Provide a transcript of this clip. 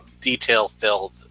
detail-filled